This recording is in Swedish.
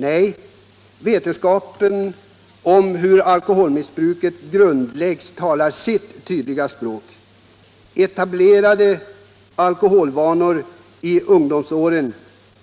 Nej, vetskapen om hur alkoholmissbruket grundläggs talar sitt tydliga språk. När etablerade alkoholvanor i ungdomsåren